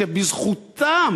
שבזכותם